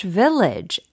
village